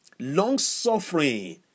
Long-suffering